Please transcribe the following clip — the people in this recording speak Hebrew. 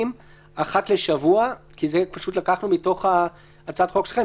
אחת לשבוע זה לקחנו מתוך הצעת החוק שלכם.